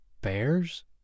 Bears